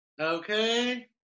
okay